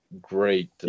great